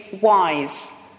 wise